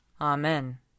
Amen